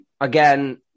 again